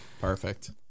Perfect